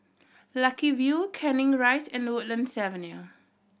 Lucky View Canning Rise and Woodlands Avenue